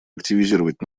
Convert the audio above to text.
активизировать